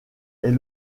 est